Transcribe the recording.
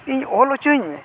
ᱤᱧ ᱚᱞ ᱚᱪᱚᱣᱟᱹᱧᱢᱮ